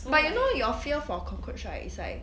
but you know your fear for cockroach right is like